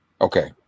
Okay